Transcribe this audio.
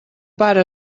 pare